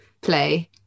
play